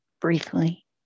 briefly